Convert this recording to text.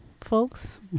folks